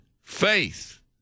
faith